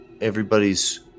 everybody's